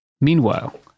Meanwhile